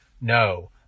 No